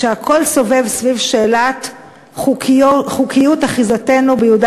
כשהכול סובב סביב שאלת חוקיות אחיזתנו ביהודה